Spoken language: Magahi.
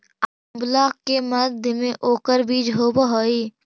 आंवला के मध्य में ओकर बीज होवअ हई